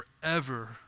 forever